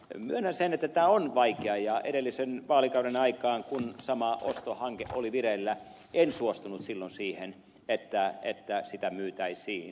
myönnän sen että tämä on vaikea ja edellisen vaalikauden aikaan kun sama ostohanke oli vireillä en suostunut silloin siihen että se myytäisiin